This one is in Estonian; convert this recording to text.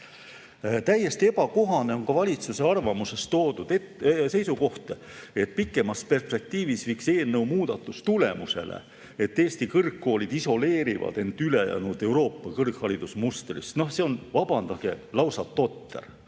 Täiesti ebakohane on valitsuse arvamuses toodud seisukoht, et pikemas perspektiivis viiks [seaduse]muudatus tulemusele, et Eesti kõrgkoolid isoleerivad end ülejäänud Euroopa kõrgharidusmustrist. No see on, vabandage, lausa totter.